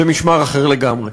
זה משמר אחר לגמרי.